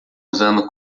usando